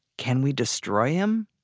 can we destroy him?